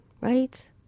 right